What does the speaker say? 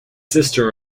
sister